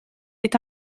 est